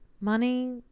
Money